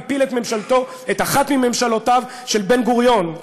והפיל את אחת ממשלותיו של בן-גוריון,